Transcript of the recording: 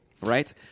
right